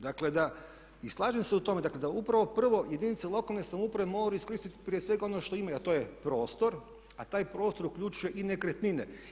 Dakle da i slažem se u tome, dakle da upravo prvo jedinice lokalne samouprave moraju iskoristiti prije svega ono što imaju a to je prostor, a taj prostor uključuje i nekretnine.